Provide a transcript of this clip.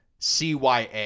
CYA